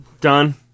Done